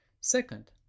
Second